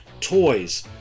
toys